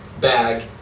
bag